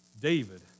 David